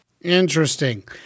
Interesting